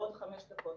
בעוד חמש דקות.